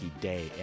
Day